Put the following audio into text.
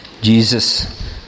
Jesus